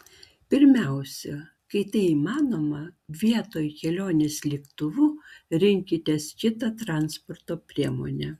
pirmiausia kai tai įmanoma vietoj kelionės lėktuvu rinkitės kitą transporto priemonę